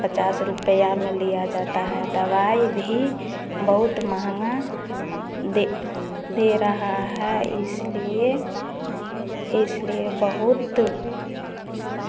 पचास रुपये में लिया जाता है दवाई भी बहुत महँगा दे दे रहा है इसलिए इसलिए बहुत